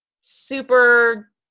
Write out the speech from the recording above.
super